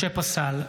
משה פסל,